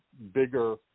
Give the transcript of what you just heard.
bigger